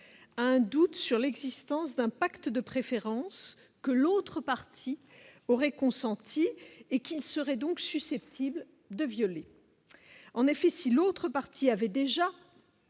a un doute sur l'existence d'un pacte de préférence que l'autre partie aurait consenti et qui seraient donc susceptibles de violer en effet si l'autre partie avait déjà.